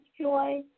joy